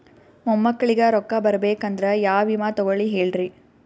ಮೊಮ್ಮಕ್ಕಳಿಗ ರೊಕ್ಕ ಬರಬೇಕಂದ್ರ ಯಾ ವಿಮಾ ತೊಗೊಳಿ ಹೇಳ್ರಿ?